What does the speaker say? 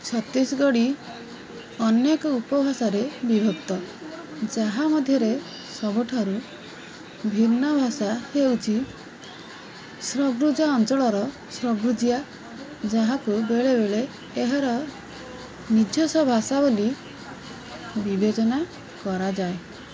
ଛତିଶଗଡ଼ି ଅନେକ ଉପଭାଷାରେ ବିଭକ୍ତ ଯାହା ମଧ୍ୟରେ ସବୁଠାରୁ ଭିନ୍ନ ଭାଷା ହେଉଛି ସର୍ଗୁଜା ଅଞ୍ଚଳର ସର୍ଗୁଜିଆ ଯାହାକୁ ବେଳେବେଳେ ଏହାର ନିଜସ୍ୱ ଭାଷା ବୋଲି ବିବେଚନା କରାଯାଏ